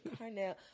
Carnell